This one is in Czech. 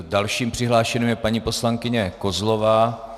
Další přihlášenou je paní poslankyně Kozlová.